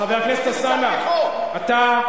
חבר הכנסת אלסאנע, אתה,